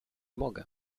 mogę